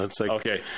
Okay